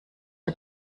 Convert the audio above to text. are